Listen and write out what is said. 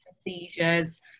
seizures